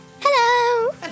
hello